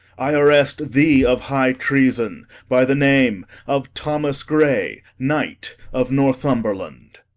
i arrest thee of high treason, by the name of thomas grey, knight of northumberland